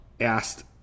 asked